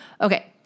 Okay